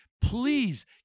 Please